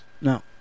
No